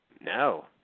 No